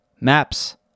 maps